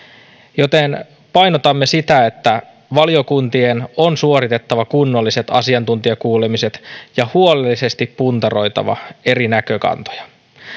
joten painotamme sitä että valiokuntien on suoritettava kunnolliset asiantuntijakuulemiset ja huolellisesti puntaroitava eri näkökantoja